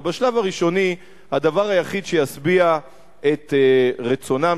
אבל בשלב הראשוני הדבר היחיד שישביע את רצונם